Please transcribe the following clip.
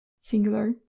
singular